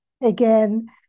again